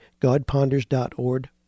godponders.org